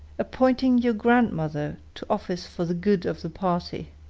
appointing your grandmother to office for the good of the party.